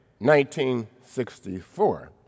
1964